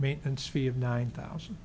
maintenance fee of nine thousand